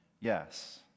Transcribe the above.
Yes